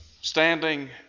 standing